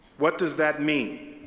what does that mean?